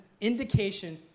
indication